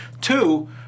two